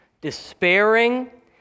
despairing